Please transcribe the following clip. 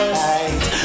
right